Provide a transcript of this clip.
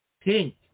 pink